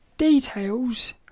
Details